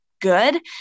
good